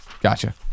gotcha